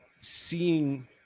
seeing